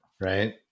right